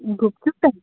ଗୁପଚୁପ୍ ଟା